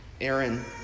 Aaron